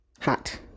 hot